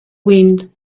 wind